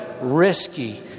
risky